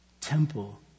temple